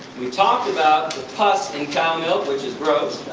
we talked about the pus in cow milk, which is gross.